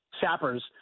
sappers